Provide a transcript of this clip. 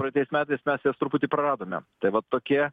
praeitais metais mes jas truputį praradome tai va tokie